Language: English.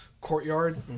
courtyard